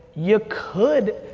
you could.